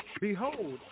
Behold